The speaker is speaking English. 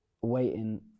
waiting